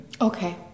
Okay